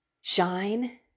shine